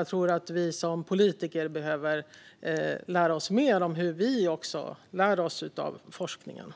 Jag tror att vi som politiker behöver lära oss mer om hur vi lär oss av forskningen.